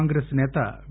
కాంగ్రెస్ నేత వి